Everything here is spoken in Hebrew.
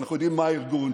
אנחנו יודעים מה הארגון,